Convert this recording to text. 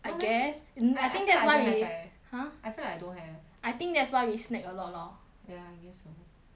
I guess I feel like I don't have leh !huh! I feel like I don't have I think that's why we snack a lot lor ya I guess so